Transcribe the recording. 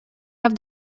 have